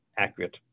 accurate